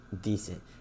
decent